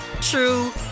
true